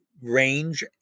range